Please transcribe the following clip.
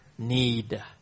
need